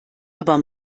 aber